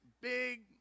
big